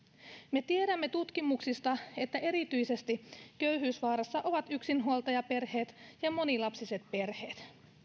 me tiedämme tutkimuksista että erityisesti köyhyysvaarassa ovat yksinhuoltajaperheet ja monilapsiset perheet